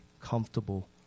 comfortable